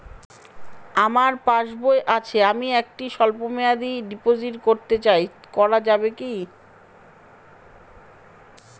আমার পাসবই আছে আমি একটি স্বল্পমেয়াদি ডিপোজিট করতে চাই করা যাবে কি?